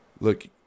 Look